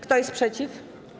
Kto jest przeciw?